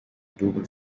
double